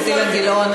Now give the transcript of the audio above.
חבר הכנסת אילן גילאון,